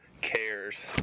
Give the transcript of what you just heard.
cares